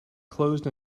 closed